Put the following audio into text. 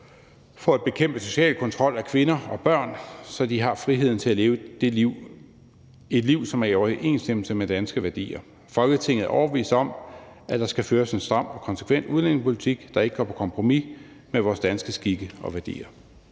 for at bekæmpe social kontrol af kvinder og børn, som ikke har friheden til at leve det liv, som er i overensstemmelse med danske værdier. Folketinget er overbevist om, at der skal føres en stram og konsekvent udlændingepolitik, som ikke går på kompromis med vores danske skikke og værdier.«